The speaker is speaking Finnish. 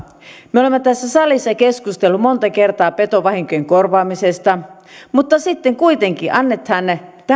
me olemme tässä salissa keskustelleet monta kertaa petovahinkojen korvaamisesta mutta sitten kuitenkin annetaan